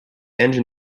engine